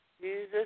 Jesus